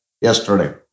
yesterday